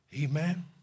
Amen